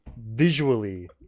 visually